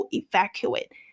evacuate